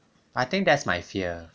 I think that's my fear